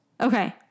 Okay